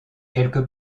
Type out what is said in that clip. quelque